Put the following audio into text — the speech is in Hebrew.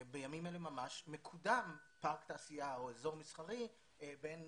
בימים אלה ממש מוקם פארק תעשייה או אזור מסחרי בין